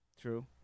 True